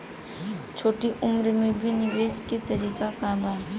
छोटी उम्र में भी निवेश के तरीका क बा?